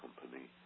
company